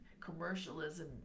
commercialism